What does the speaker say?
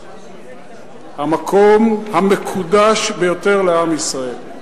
המקום המקודש ביותר לעם ישראל,